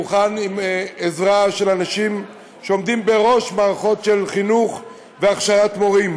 שהוא הוכן עם עזרה של אנשים שעומדים בראש מערכות של חינוך והכשרת מורים.